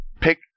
pick